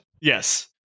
Yes